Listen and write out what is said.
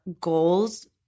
goals